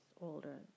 older